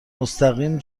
مستقیم